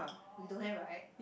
we don't have right